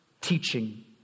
teaching